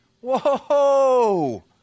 Whoa